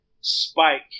spike